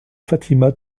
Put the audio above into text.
fatima